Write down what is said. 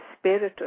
spiritual